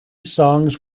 songs